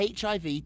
HIV